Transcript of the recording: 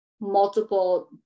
multiple